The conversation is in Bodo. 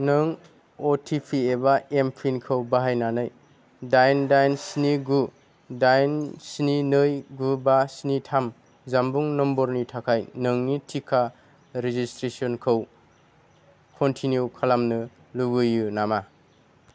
नों अटिपि एबा एमपिन खौ बाहायनानै डाइन डाइन स्नि गु डाइन स्नि नै गु बा स्नि थाम जान्बुं नम्बरनि थाखाय नोंनि टिका रेजिसट्रेसनखौ कनटिनिउ खालामनो लुबैयो नामा